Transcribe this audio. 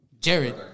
Jared